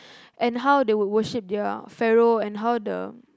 and how they would worship their Pharaoh and how the